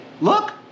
Look